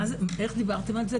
איך דיברתם על זה?